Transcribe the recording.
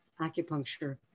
acupuncture